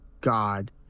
God